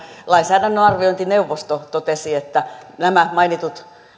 talouspolitiikan arviointineuvosto totesi että nämä mainitut